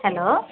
hello